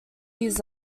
years